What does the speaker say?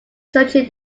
searching